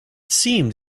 seemed